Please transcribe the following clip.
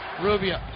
Rubio